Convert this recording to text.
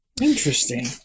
Interesting